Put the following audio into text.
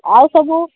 ଆଉ ସବୁ